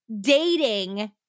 dating